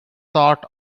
thought